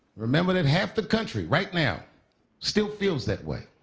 remember that half the country right now still feels that way.